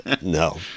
No